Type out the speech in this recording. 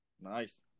nice